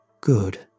Good